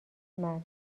مرگ